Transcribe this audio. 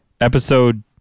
Episode